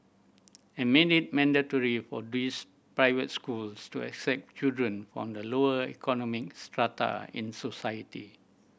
and make it mandatory for these private schools to accept children from the lower economic strata in society